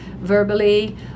verbally